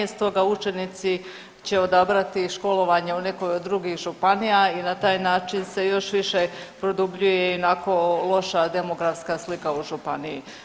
Stoga učenici će odabrati školovanje u nekoj od drugih županija i na taj način se još više produbljuje i onako loša demografska slika u županiji.